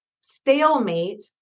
stalemate